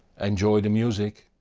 enjoy the music.